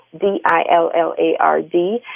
D-I-L-L-A-R-D